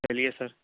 چلیے سر